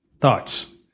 Thoughts